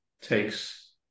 takes